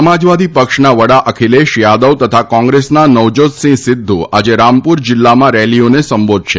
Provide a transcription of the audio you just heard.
સમાજવાદી પક્ષના વડા અખીલેશ યાદવ તથા કોંગ્રેસના નવજાતસિંહ સિદ્ધુ આજે રામપુર જિલ્લામાં રેલીઓને સંબોધશે